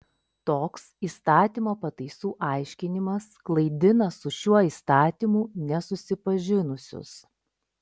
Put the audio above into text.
toks įstatymo pataisų aiškinimas klaidina su šiuo įstatymu nesusipažinusius